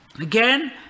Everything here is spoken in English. again